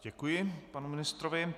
Děkuji panu ministrovi.